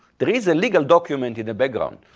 there is a legal document in the background.